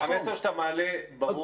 מר פרידמן, המסר שאתה מעלה ברור.